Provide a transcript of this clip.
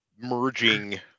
merging